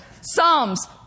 Psalms